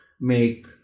make